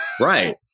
Right